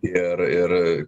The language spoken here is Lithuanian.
ir ir